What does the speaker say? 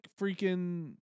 freaking